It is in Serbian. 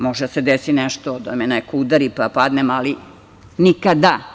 Može da se desi nešto da me neko udari pa padnem, ali nikada.